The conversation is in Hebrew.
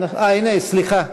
הנה, סליחה.